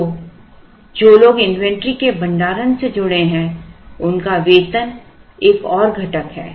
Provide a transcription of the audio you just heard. तो जो लोग इन्वेंट्री के भंडारण से जुड़े हैं उनका वेतन एक और घटक है